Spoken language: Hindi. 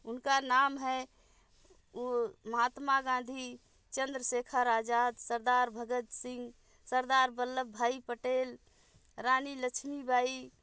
उनका नाम है वो महात्मा गांधी चन्द्रशेखर आज़ाद सरदार भगत सिंह सरदार बल्लभ भाई पटेल रानी लक्ष्मी बाई